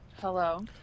Hello